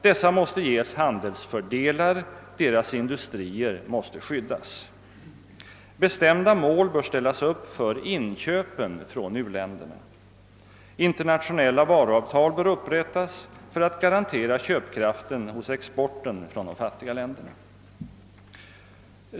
Dessa måste ges handelsfördelar, deras industrier måste skyddas. Bestämda mål bör ställas upp för inköpen från u-länderna. Internationella varuavtal bör upprättas för att garantera köpkraften hos exporten från de fattiga länderna.